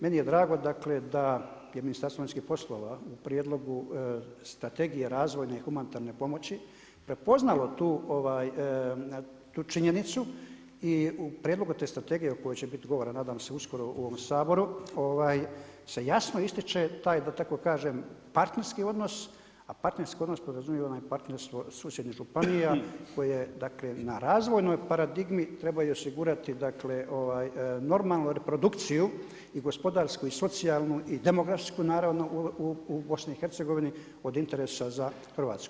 Meni je drago da je Ministarstvo vanjskih poslova u prijedlogu strategije razvojne i humanitarne pomoći prepoznalo tu činjenicu i u prijedlogu te strategije o kojoj će biti govora nadam se uskoro u ovom Saboru se jasno ističe taj, da tako kažem partnerski odnos, a partnerski odnos podrazumijeva da imamo partnerstvo susjednih županija koje dakle, na razvojnoj paradigmi treba osigurati dakle, normalnu reprodukciju i gospodarsku i socijalnu i demografsku naravno u BIH od interesa za Hrvatsku.